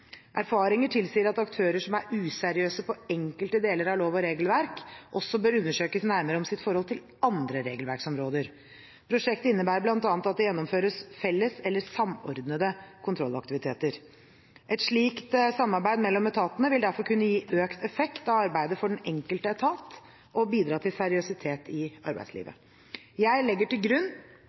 Erfaringer tilsier at aktører som er useriøse på enkelte deler av lov og regelverk, også bør undersøkes nærmere om sitt forhold til andre regelverksområder. Prosjektet innebærer bl.a. at det gjennomføres felles eller samordnede kontrollaktiviteter. Et slikt samarbeid mellom etatene vil derfor kunne gi økt effekt av arbeidet for den enkelte etat og bidra til seriøsitet i arbeidslivet. Jeg legger til grunn